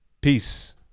Peace